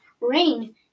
rain